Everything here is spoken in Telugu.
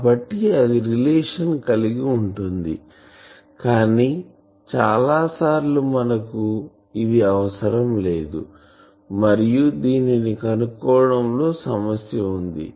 కాబట్టి అది రిలేషన్ కలిగి ఉంటుంది కానీ చాలా సార్లు మనకు ఇది అవసరం లేదుమరియు దీనిని కనుక్కోవడం లో సమస్య వుంది